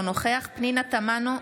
אינו נוכח פנינה תמנו,